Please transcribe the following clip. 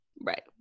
Right